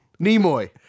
Nimoy